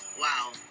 Wow